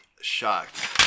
shocked